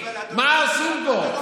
מה עושים פה?